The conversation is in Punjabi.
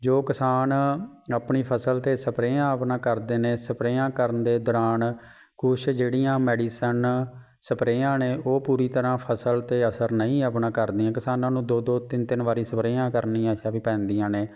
ਜੋ ਕਿਸਾਨ ਆਪਣੀ ਫਸਲ 'ਤੇ ਸਪਰੇਆਂ ਆਪਣਾ ਕਰਦੇ ਨੇ ਸਪਰੇਆਂ ਕਰਨ ਦੇ ਦੌਰਾਨ ਕੁਛ ਜਿਹੜੀਆਂ ਮੈਡੀਸਨ ਸਪਰੇਆਂ ਨੇ ਉਹ ਪੂਰੀ ਤਰ੍ਹਾਂ ਫਸਲ 'ਤੇ ਅਸਰ ਨਹੀਂ ਆਪਣਾ ਕਰਦੀਆਂ ਕਿਸਾਨਾਂ ਨੂੰ ਦੋ ਦੋ ਤਿੰਨ ਤਿੰਨ ਵਾਰੀ ਸਪਰੇਆਂ ਕਰਨੀਆਂ ਅੱਛਾ ਵੀ ਪੈਂਦੀਆਂ ਨੇ